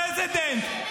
איבדתם את זה.